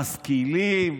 משכילים,